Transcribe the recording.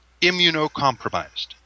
immunocompromised